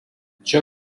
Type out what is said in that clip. čia